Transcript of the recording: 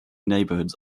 neighborhoods